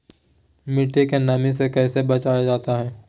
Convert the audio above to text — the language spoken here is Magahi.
मट्टी के नमी से कैसे बचाया जाता हैं?